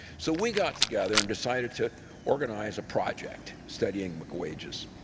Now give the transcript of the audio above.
so we got together and decided to organize a project studying mcwages.